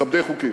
מכבדי חוקים.